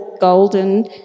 golden